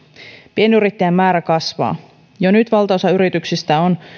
pienyrittäjien määrä kasvaa jo nyt valtaosa yrityksistä on